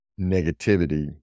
negativity